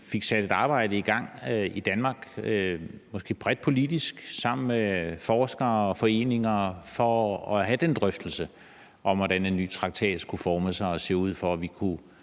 fik sat et arbejde i gang i Danmark, måske bredt politisk, sammen med forskere og foreninger for at have den drøftelse om, hvordan en ny traktat skulle forme sig og se ud, for at vi både